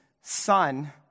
son